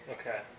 Okay